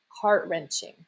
heart-wrenching